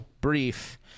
brief